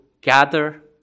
gather